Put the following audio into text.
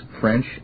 French